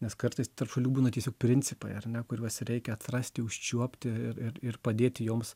nes kartais tarp šalių būna tiesiog principai ar ne kuriuos reikia atrasti užčiuopti ir ir ir padėti joms